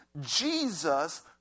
Jesus